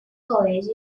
college